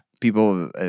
people